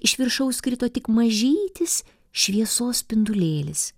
iš viršaus krito tik mažytis šviesos spindulėlis